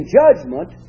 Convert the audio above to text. judgment